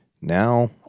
Now